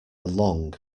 long